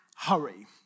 hurry